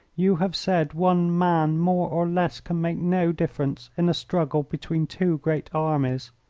you have said, one man more or less can make no difference in a struggle between two great armies